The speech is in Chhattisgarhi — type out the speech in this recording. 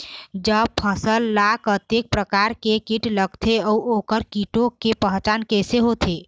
जब फसल ला कतेक प्रकार के कीट लगथे अऊ ओकर कीटों के पहचान कैसे होथे?